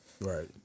Right